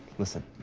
listen,